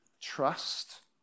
trust